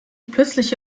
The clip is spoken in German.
plötzliche